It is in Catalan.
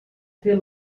fer